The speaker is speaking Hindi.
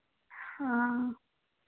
हाँ